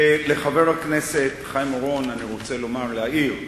ולחבר הכנסת חיים אורון אני רוצה להעיר: